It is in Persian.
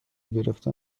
گرفته